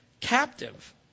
captive